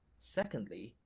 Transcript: secondly,